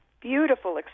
beautiful